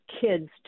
kids